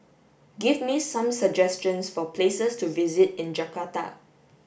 give me some suggestions for places to visit in Jakarta